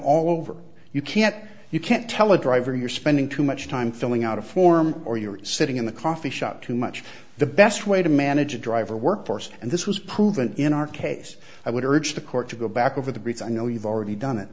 all over you can't you can't tell a driver you're spending too much time filling out a form or you're sitting in the coffee shop too much the best way to manage a driver workforce and this was proven in our case i would urge the court to go back over the briefs i know you've already done it